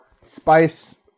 Spice